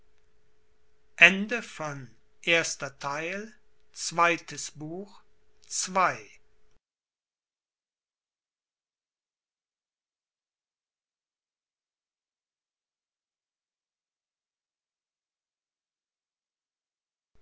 zweites buch der